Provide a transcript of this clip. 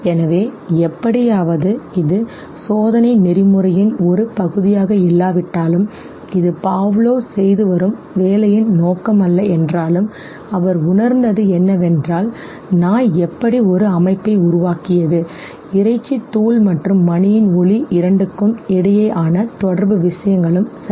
எனவே எப்படியாவது இது சோதனை நெறிமுறையின் ஒரு பகுதியாக இல்லாவிட்டாலும் இது Pavlov செய்து வரும் வேலையின் நோக்கம் அல்ல என்றாலும் அவர் உணர்ந்தது என்னவென்றால் நாய் எப்படி ஒரு அமைப்பை உருவாக்கியது இறைச்சி தூள் மற்றும் மணியின் ஒலி இரண்டுக்கும் இடையேயான தொடர்பு விஷயங்களும் சரி